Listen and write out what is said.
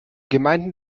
gemeinden